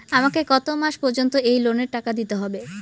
আমাকে কত মাস পর্যন্ত এই লোনের টাকা দিতে হবে?